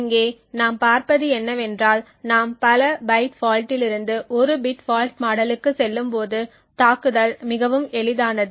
இங்கே நாம் பார்ப்பது என்னவென்றால் நாம் பல பைட் ஃபால்ட்டில் இருந்து ஒரு பிட் ஃபால்ட் மாடலுக்கு செல்லும்போது தாக்குதல் மிகவும் எளிதானது